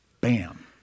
Bam